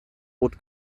rot